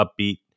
upbeat